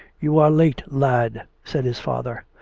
you are late, lad, said his father.